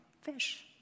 fish